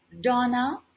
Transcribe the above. Donna